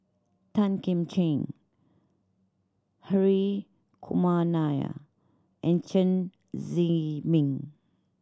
Tan Kim Ching Hri Kumar Nair and Chen Zhiming